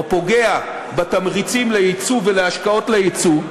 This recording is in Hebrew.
או פוגע בתמריצים ליצוא ולהשקעות ליצוא,